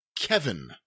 Kevin